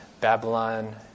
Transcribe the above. Babylon